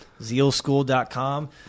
zealschool.com